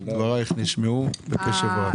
תודה, דברייך נשמעו בקשב רב.